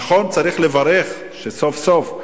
נכון, צריך לברך שסוף-סוף,